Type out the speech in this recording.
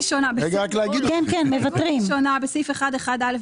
הסתייגות ראשונה: בסעיף 1(1)(א),